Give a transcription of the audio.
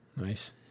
Nice